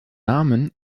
namen